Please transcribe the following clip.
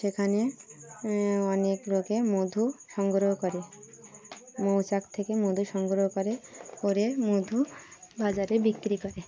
সেখানে অনেক লোকে মধু সংগ্রহ করে মৌচাক থেকে মধু সংগ্রহ করে করে মধু বাজারে বিক্রি করে